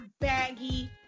baggy